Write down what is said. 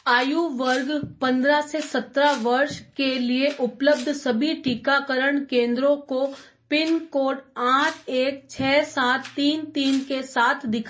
आयु वर्ग पंद्रह से सत्रह वर्ष के लिए उपलब्ध सभी टीकाकरण केंद्रों को पिनकोड आठ एक छ सात तीन तीन के साथ दिखाएँ